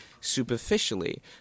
superficially